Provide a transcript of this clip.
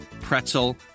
pretzel